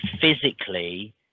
physically